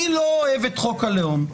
אני לא אוהב את חוק הלאום,